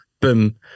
boom